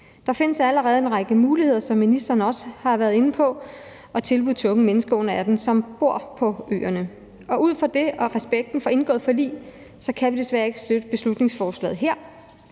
Der findes allerede en række muligheder, som ministeren også har været inde på, og tilbud til unge mennesker under 18 år, som bor på øerne. Ud fra det og respekten for indgåede forlig kan vi desværre ikke støtte beslutningsforslaget her.